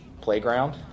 Playground